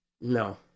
No